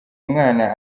umwana